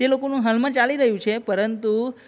તે લોકોનું હાલમાં ચાલી રહ્યું છે પરંતુ